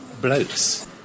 blokes